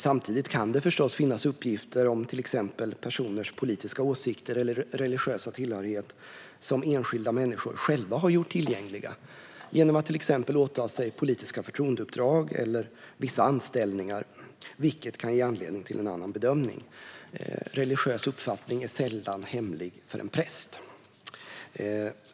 Samtidigt kan det förstås finnas uppgifter om till exempel personers politiska åsikter eller religiösa tillhörighet som enskilda själva har gjort tillgängliga genom att offentligt åta sig politiska förtroendeuppdrag eller vissa anställningar, vilket kan ge anledning till en annan bedömning. Religiös uppfattning är sällan hemlig för en präst.